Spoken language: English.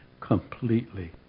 completely